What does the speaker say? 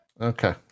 okay